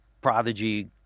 prodigy